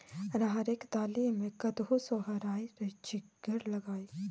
राहरिक दालि मे कतहु सोहारी रुचिगर लागय?